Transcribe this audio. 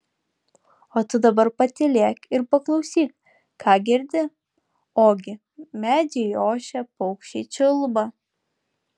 o tu dabar patylėk ir paklausyk ką girdi ogi medžiai ošia paukščiai čiulba